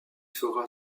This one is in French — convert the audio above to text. fera